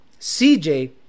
CJ